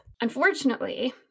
Unfortunately